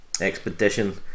expedition